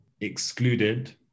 excluded